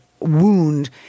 wound